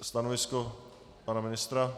Stanovisko pana ministra?